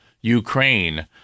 Ukraine